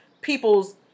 people's